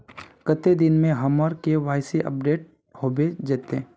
कते दिन में हमर के.वाई.सी अपडेट होबे जयते?